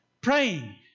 praying